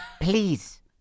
please